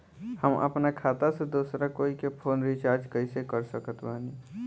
हम अपना खाता से दोसरा कोई के फोन रीचार्ज कइसे कर सकत बानी?